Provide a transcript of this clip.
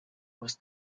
was